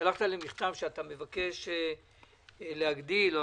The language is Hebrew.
שאתה מבקש להגדיל,